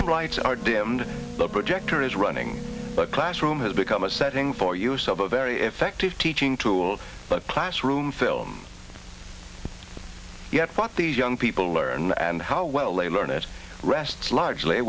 lights are dimmed the projector is running the classroom has become a setting for use of a very effective teaching tool but classroom film yet but these young people learn and how well they learn it rests largely